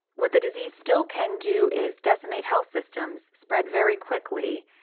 what the disease still can do is decimate health systems, spread very quickly.